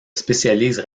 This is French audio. spécialise